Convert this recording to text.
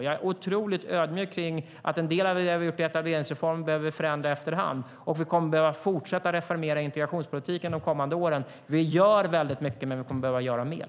Jag är otroligt ödmjuk när det gäller att vi måste förändra en del av det som vi har gjort i etableringsreformen efter hand, och vi kommer att behöva fortsätta reformera integrationspolitiken under de kommande åren. Vi gör mycket, men vi kommer att behöva göra mer.